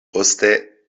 poste